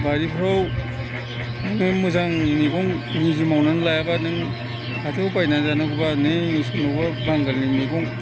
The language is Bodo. बारिफोराव नोङो मोजां मैगं निजे मावनानै लायाबा नों हाथायाव बायनानै जानांगौबा नै सोरनावबा बांगालनि मैगं